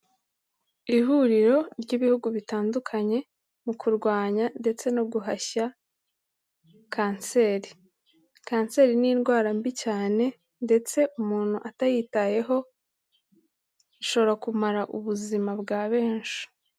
Ihuriro ry'ibihugu bitandukanye mu kurwanya ndetse no guhashya kanseri. kanseri ni indwara mbi cyane ndetse umuntu atayitayeho ishobora kumara ubuzima bwa benshi.